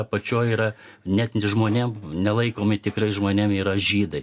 apačioj yra net ne žmonėm nelaikomi tikrais žmonėm yra žydai